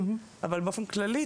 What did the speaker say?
אבל באופן כללי,